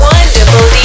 Wonderful